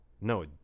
no